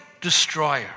destroyer